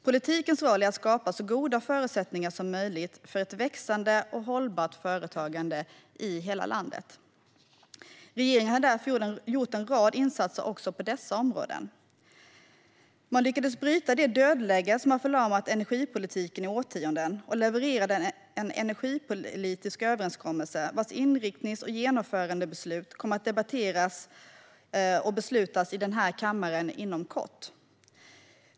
Politikens roll är att skapa så goda förutsättningar som möjligt för ett växande och hållbart företagande i hela landet. Regeringen har därför gjort en rad insatser också på dessa områden. Man lyckades bryta det dödläge som har förlamat energipolitiken i årtionden och levererade en energipolitisk överenskommelse vars inriktnings och genomförandebeslut kommer att debatteras och beslutas i denna kammare inom kort.